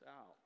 out